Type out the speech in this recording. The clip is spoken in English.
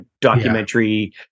documentary